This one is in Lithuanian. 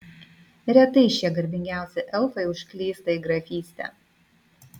retai šie garbingiausi elfai užklysta į grafystę